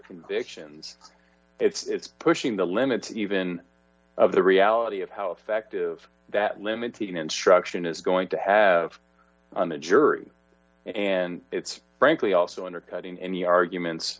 convictions it's pushing the limits even of the reality of how effective that limitation instruction is going to have on the jury and it's frankly also undercutting any arguments